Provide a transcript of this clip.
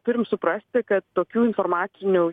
turim suprasti kad tokių informacinių